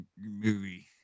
movie